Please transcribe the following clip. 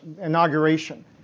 inauguration